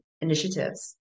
initiatives